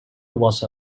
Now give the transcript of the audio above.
was